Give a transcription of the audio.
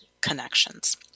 connections